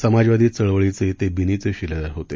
समाजवादी चळवळीचे ते बिनीचे शिलेदार होते